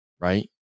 right